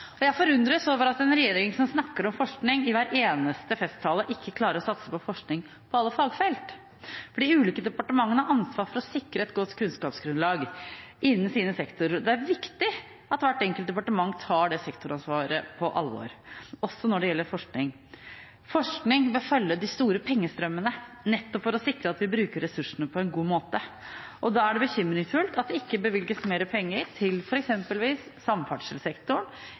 Jeg forundres over at en regjering som snakker om forskning i hver eneste festtale, ikke klarer å satse på forskning på alle fagfelt, for de ulike departementene har ansvar for å sikre et godt kunnskapsgrunnlag innen sine sektorer. Det er viktig at hvert enkelt departement tar det sektoransvaret på alvor, også når det gjelder forskning. Forskning bør følge de store pengestrømmene nettopp for å sikre at vi bruker ressursene på en god måte, og da er det bekymringsfullt at det ikke bevilges mer penger til f.eks. samferdselssektoren